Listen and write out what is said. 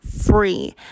free